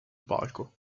palco